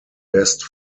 best